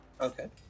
Okay